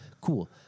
Cool